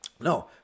No